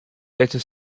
later